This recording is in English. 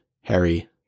Harry